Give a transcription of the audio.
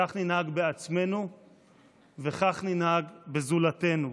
כך ננהג בעצמנו וכך ננהג בזולתנו.